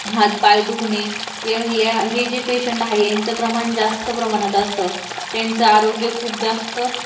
हात पाय दुखणे य या हे जे पेशंट आहे यांचं प्रमाण जास्त प्रमाणात असतं त्यांचं आरोग्य खूप जास्त